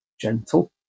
gentle